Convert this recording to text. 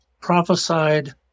prophesied